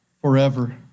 forever